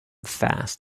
fast